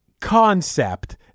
concept